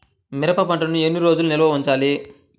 మిరప పంటను ఎన్ని రోజులు నిల్వ ఉంచాలి?